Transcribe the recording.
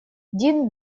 дин